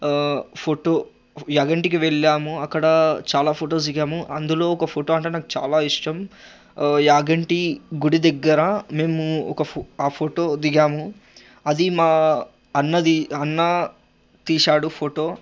photo యాగంటికి వెళ్ళాము అక్కడ చాలా ఫొటోస్ దిగాము అందులో ఒక ఫొటో అంటే నాకు చాలా ఇష్టం యాగంటి గుడి దగ్గర మేము ఒక ఫో ఫొటో దిగాము అది మా అన్నది అన్నా తీసాడు ఫొటో